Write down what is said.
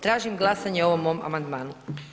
Tražim glasanje o ovom mom amandmanu.